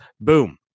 boom